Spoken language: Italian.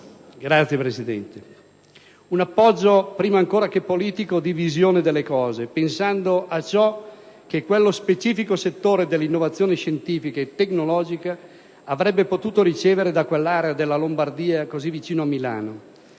CARRARA *(PdL)*. Un approccio prima ancora che politico di visione delle cose, pensando a ciò che quello specifico settore dell'innovazione scientifica e tecnologica avrebbe potuto ricevere da quell'area della Lombardia vicino a Milano,